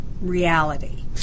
reality